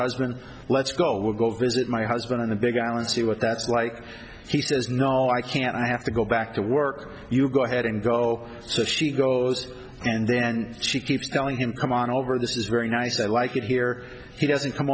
husband let's go we'll go visit my husband on the big island see what that's like he says not can't i have to go back to work you go ahead and go so she goes and then she keeps telling him come on over this is very nice i like it here he doesn't come